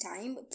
time